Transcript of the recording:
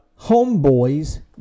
homeboys